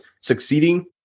succeeding